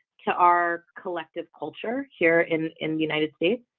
to our collective culture here in in the united states